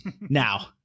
Now